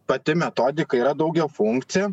pati metodika yra daugiafunkcė